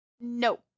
No